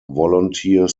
volunteer